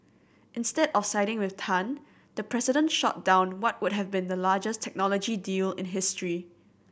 instead of siding with Tan the president shot down what would have been the largest technology deal in history